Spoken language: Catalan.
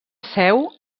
seu